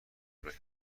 وبلاگ